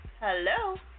Hello